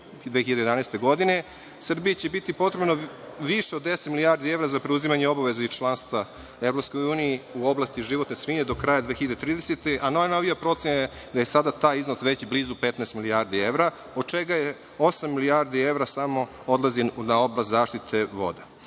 2011. godine, Srbiji će biti potrebno više od 10 milijardi evra za preuzimanje obaveze iz članstva u EU, u oblasti životne sredine do kraja 2030. godine, a najnovija procena je da je sada taj iznos već blizu 15 milijardi evra, od čega osam milijardi evra samo odlazi na oblast zaštite voda.